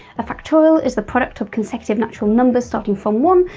a factorial is the product of consecutive natural numbers starting from one,